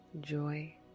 joy